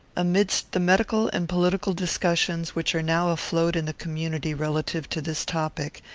amidst the medical and political discussions which are now afloat in the community relative to this topic,